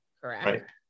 correct